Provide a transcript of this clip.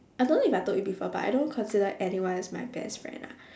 I don't know if I told you before but I don't consider anyone as my best friend ah